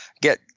get